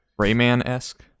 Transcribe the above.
Rayman-esque